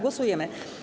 Głosujemy.